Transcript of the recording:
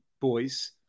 boys